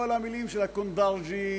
כל המילים של הכונדרג'י